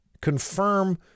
confirm